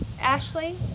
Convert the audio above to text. Ashley